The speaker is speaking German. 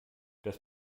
das